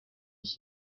ich